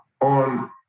on